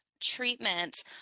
treatment